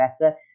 better